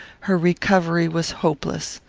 her recovery was hopeless.